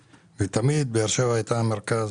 תמיד באר שבע הייתה מרכז.